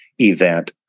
event